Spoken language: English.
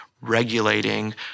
regulating